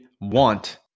want